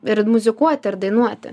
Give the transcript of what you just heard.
ir muzikuoti ir dainuoti